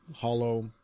hollow